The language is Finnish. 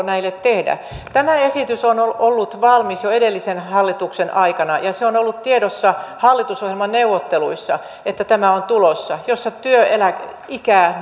näille tehdä tämä esitys on on ollut valmis jo edellisen hallituksen aikana ja on ollut tiedossa hallitusohjelmaneuvotteluissa että tämä on tulossa jos työeläkeikää